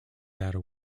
data